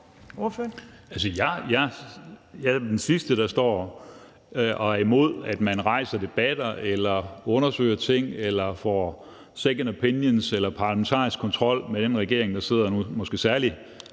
være den sidste, der står og er imod, at man rejser debatter eller undersøger ting eller får second opinions eller parlamentarisk kontrol med den regering, der sidder nu – måske særlig